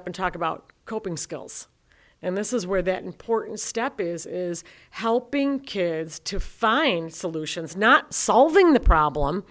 up and talk about coping skills and this is where that important step is helping kids to find solutions not solving the problem